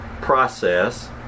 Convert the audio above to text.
process